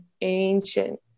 ancient